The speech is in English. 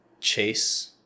chase